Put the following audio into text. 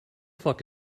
fuck